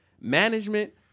management